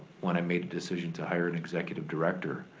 when i made a decision to hire an executive director,